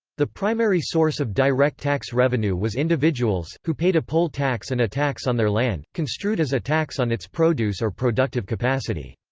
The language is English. the primary source of direct tax revenue was individuals, who paid a poll tax and a tax on their land, construed as a tax on its produce or productive capacity.